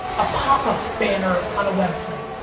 a pop-up banner on a website,